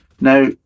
Now